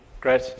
Great